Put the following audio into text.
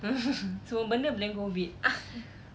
semua benda blame COVID